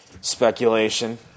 speculation